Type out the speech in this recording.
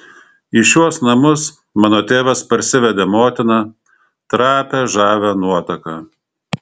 į šiuos namus mano tėvas parsivedė motiną trapią žavią nuotaką